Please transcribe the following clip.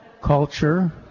culture